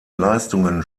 leistungen